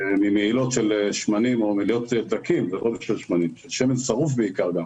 ממהילות של שמנים ודלקים, ובעיקר שמן שרוף.